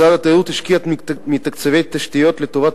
משרד התיירות השקיע מתקציבי תשתיות לטובת